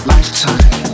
Lifetime